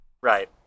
Right